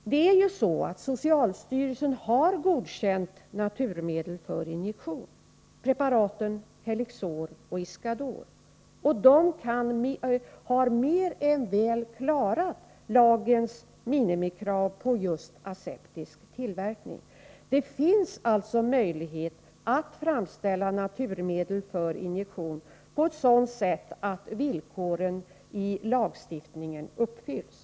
19 heter att tillverka THX Socialstyrelsen har godkänt två naturmedel för injektion, preparaten Helixor och Iscador, och dessa har mer än väl klarat lagens minimikrav på aseptisk tillverkning. Det finns alltså möjlighet att framställa naturmedel för injektion på ett sådant sätt att villkoren i lagstiftningen uppfylls.